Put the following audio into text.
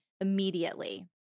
immediately